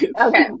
Okay